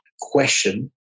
question